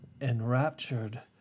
enraptured